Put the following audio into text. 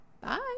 Bye